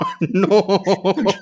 No